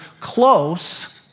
close